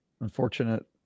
unfortunate